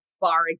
bar